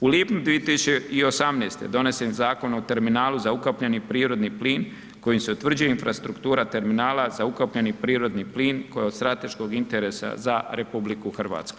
U lipnju 2018. donesen je Zakon o terminalu za ukapljeni prirodni plin kojim se utvrđuje infrastruktura terminala za ukapljeni prirodni plin koja je od strateškog interesa za RH.